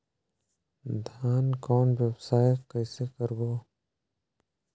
धान कौन व्यवसाय कइसे करबो?